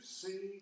see